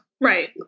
right